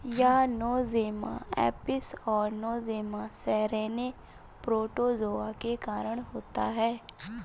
यह Nosema apis और Nosema ceranae protozoa के कारण होता है